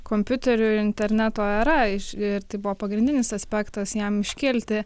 kompiuterio ir interneto era iš ir tai buvo pagrindinis aspektas jam iškilti